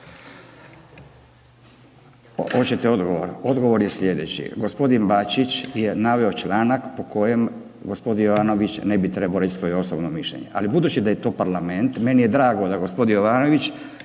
Hoćete odgovor? Odgovor je sljedeći. Gospodin Bačić je naveo članak po kojem gospodin Jovanović ne bi trebao reći svoje osobno mišljenje. Ali budući da je to Parlament meni je drago da gospodin Jovanović